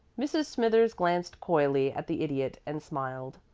mrs. smithers glanced coyly at the idiot and smiled.